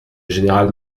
général